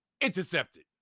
intercepted